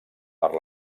per